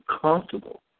comfortable